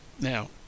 Now